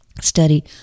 study